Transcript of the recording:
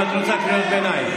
אם את רוצה קריאות ביניים.